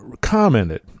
commented